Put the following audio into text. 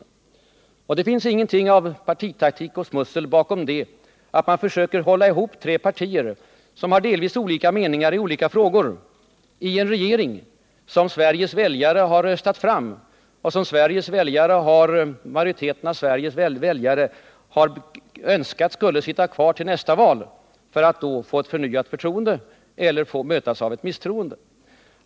Det fanns heller ingenting av partitaktik och smussel bakom strävandena att försöka hålla ihop tre partier, som har delvis olika meningar i olika frågor, i en regering som Sveriges väljare röstat fram och som majoriteten av Sveriges väljare önskade skulle sitta kvar till nästa val, då regeringen skulle få ett förnyat förtroende eller mötas av ett misstroende.